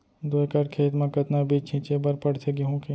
दो एकड़ खेत म कतना बीज छिंचे बर पड़थे गेहूँ के?